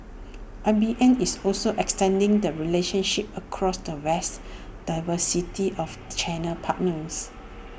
I B M is also extending the relationships across the vast diversity of channel partments